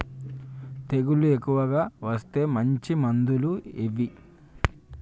తెగులు ఎక్కువగా వస్తే మంచి మందులు ఏవి?